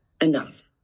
enough